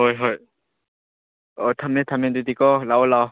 ꯍꯣꯏ ꯍꯣꯏ ꯑꯣ ꯊꯝꯃꯦ ꯊꯝꯃꯦ ꯑꯗꯨꯗꯤꯀꯣ ꯂꯥꯛꯑꯣ ꯂꯥꯛꯑꯣ